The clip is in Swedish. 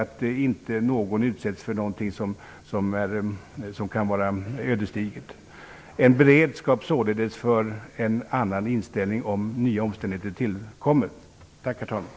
Vi måste således ha en beredskap för en annan inställning om nya omständigheter tillkommer. Tack, herr talman!